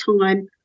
time